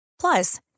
Plus